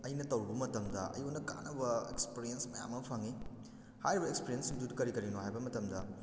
ꯑꯩꯅ ꯇꯧꯔꯨꯕ ꯃꯇꯝꯗ ꯑꯩꯉꯣꯟꯗ ꯀꯥꯅꯕ ꯑꯦꯛꯁꯄꯦꯔꯦꯟꯁ ꯃꯌꯥꯝ ꯑꯃ ꯐꯪꯏ ꯍꯥꯏꯔꯤꯕ ꯑꯦꯛꯁꯄꯦꯔꯦꯟꯁ ꯁꯤꯡꯗꯨꯗꯤ ꯀꯔꯤ ꯀꯔꯤꯅꯣ ꯍꯥꯏꯕ ꯃꯇꯝꯗ